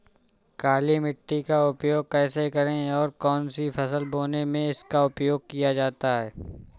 काली मिट्टी का उपयोग कैसे करें और कौन सी फसल बोने में इसका उपयोग किया जाता है?